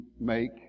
make